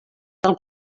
del